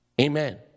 Amen